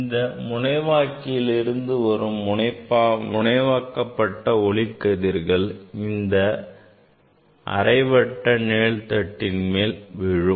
இந்த முனைவாக்கிலிருந்து வரும் முனைவாக்கப்பட்ட ஒளிக்கதிர்கள் இந்த அரைவட்ட நிழல் தட்டின் மேல் விழும்